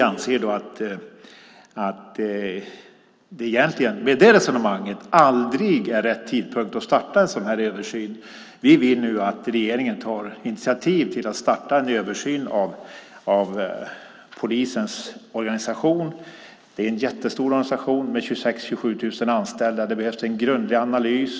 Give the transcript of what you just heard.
Med det resonemanget anser vi att det aldrig är rätt tidpunkt att starta en sådan översyn. Vi vill att regeringen nu tar initiativ till att starta en översyn av polisens organisation. Det är en jättestor organisation med 26 000-27 000 anställda. Det behövs en grundlig analys.